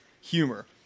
humor